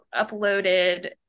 uploaded